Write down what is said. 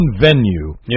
venue